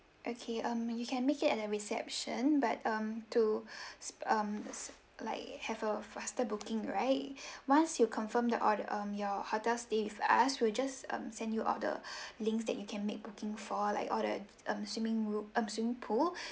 okay um you can make it at the reception but um to s~ um s~ like have a faster booking right once you confirm the order um your hotel stay with us we'll just um send you all the links that you can make booking for like all the um swimming roo~ um swimming pool